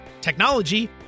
technology